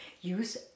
use